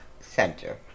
Center